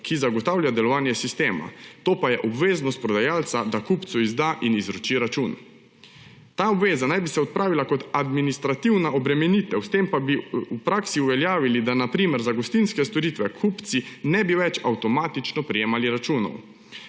ki zagotavlja delovanje sistema, to pa je obveznost prodajalca, da kupcu izda in izroči račun. Ta obveza naj bi se odpravila kot administrativna obremenitev, s tem pa bi v praksi uveljavili, da na primer za gostinske storitve kupci ne bi več avtomatično prejemali računov.